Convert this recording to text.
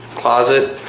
closet,